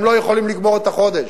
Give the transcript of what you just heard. הם לא יכולים לגמור את החודש.